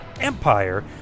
EMPIRE